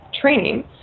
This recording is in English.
training